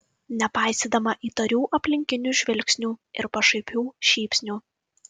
nepaisydama įtarių aplinkinių žvilgsnių ir pašaipių šypsnių